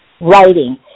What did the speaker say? writing